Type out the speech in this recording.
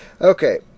Okay